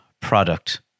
product